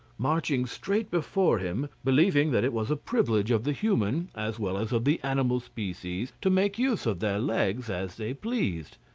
marching straight before him, believing that it was a privilege of the human as well as of the animal species to make use of their legs as they pleased.